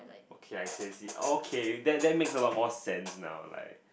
okay I see I see okay that that makes a lot more sense now like